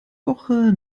woche